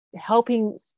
helping